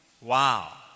Wow